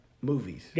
movies